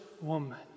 woman